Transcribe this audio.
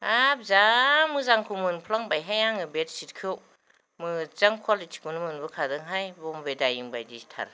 हाब जा मोजांखौ मोनफ्लांबायहाय आङो बेडसिटखौ मोजां कुवालिटिखौ मोनबोखादोंहाय बमबे दायिं बादिथार